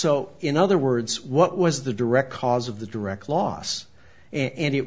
so in other words what was the direct cause of the direct loss and it